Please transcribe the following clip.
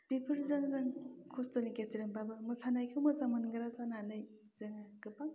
बेफोरजों जों खस्थ'नि गेजेरजोंब्लाबो मोसानायखौ मोजां मोनग्रा जानानै जों गोबां